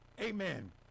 Amen